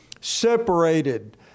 separated